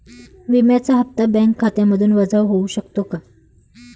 विम्याचा हप्ता बँक खात्यामधून वजा होऊ शकतो का?